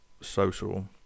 social